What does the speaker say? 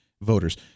voters